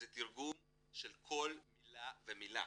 זה תרגום של כל מילה ומילה.